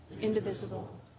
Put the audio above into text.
indivisible